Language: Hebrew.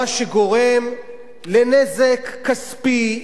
מה שגורם לנזק כספי,